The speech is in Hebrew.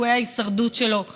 סיכויי ההישרדות שלו שונים.